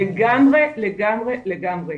לגמרי לגמרי.